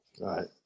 right